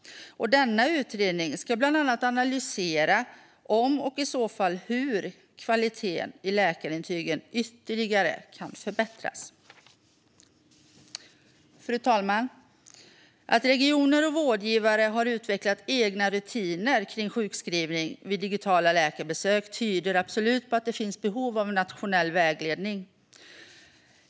Denna utredning ska bland annat analysera om och i så fall hur kvaliteten i läkarintygen ytterligare kan förbättras. Fru talman! Att regioner och vårdgivare har utvecklat egna rutiner kring sjukskrivning vid digitala läkarbesök tyder absolut på att det finns behov av nationell vägledning.